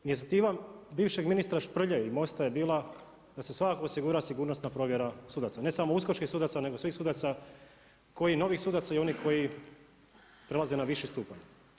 Inicijativa bivšeg ministra Šprlje i MOST-a da se svakako osigura sigurnosna provjera sudaca ne samo uskočkih sudaca nego svih sudaca, novih sudaca i oni koji prelaze na viši stupanj.